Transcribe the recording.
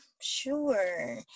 sure